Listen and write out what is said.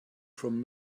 from